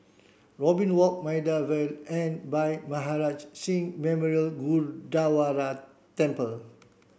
Robin Walk Maida Vale and Bhai Maharaj Singh Memorial Gurdwara Temple